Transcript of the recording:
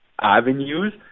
avenues